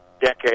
decade